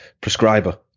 prescriber